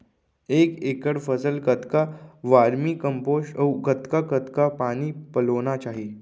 एक एकड़ फसल कतका वर्मीकम्पोस्ट अऊ कतका कतका पानी पलोना चाही?